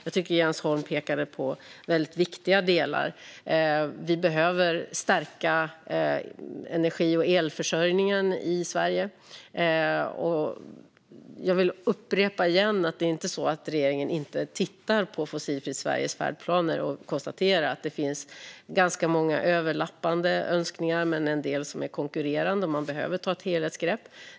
Jens Holm pekar på viktiga delar. Vi behöver stärka energi och elförsörjningen i Sverige. Jag vill återigen upprepa att det inte är på det sättet att regeringen inte tittar på Fossilfritt Sveriges färdplaner. Jag konstaterar att det finns ganska många överlappande önskningar, men en del är konkurrerande. Man behöver ta ett helhetsgrepp.